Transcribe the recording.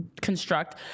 construct